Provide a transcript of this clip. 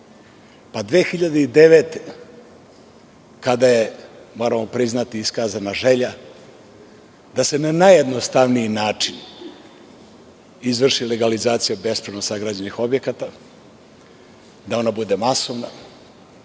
2009. je, moramo priznati, iskazana želja da se na najjednostavniji način izvrši legalizacija bespravno sagrađenih objekata, da ona bude masovna,